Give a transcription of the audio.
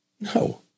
No